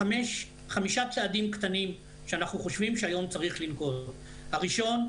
חמישה צעדים קטנים שאנחנו חושבים שהיום צריך לנקוט: הראשון,